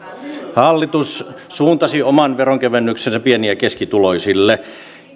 hallitus suuntasi oman veronkevennyksensä pieni ja keskituloisille